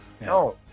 No